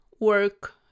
work